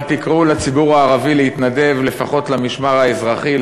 אבל תקראו לציבור הערבי להתנדב לפחות למשמר האזרחי,